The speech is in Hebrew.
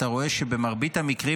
אתה רואה שבמרבית המקרים,